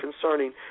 concerning